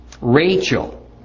Rachel